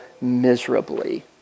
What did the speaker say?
miserably